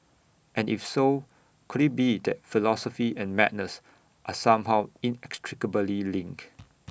and if so could IT be that philosophy and madness are somehow inextricably linked